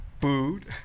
food